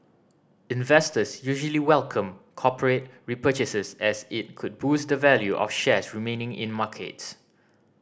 investors usually welcome corporate repurchases as it could boost the value of shares remaining in markets